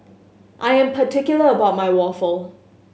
I am particular about my waffle